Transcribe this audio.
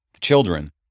Children